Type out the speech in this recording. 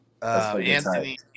Anthony